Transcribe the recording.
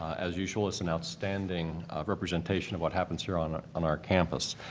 as usual, it's an outstanding representation of what happens here on on our campus.